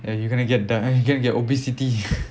ya you're going to get die you're going to get obesity